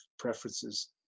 preferences